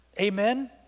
Amen